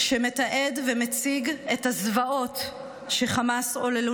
שמתעד ומציג את הזוועות שחמאס עוללו